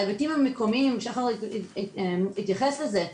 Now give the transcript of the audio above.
ההיבטים המקומיים, שחר התייחס לזה,